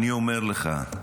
אני אומר לך,